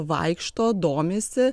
vaikšto domisi